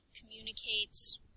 communicates